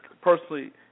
personally –